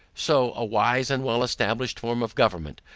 so, a wise and well established form of government,